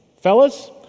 Fellas